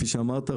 כפי שאמרת,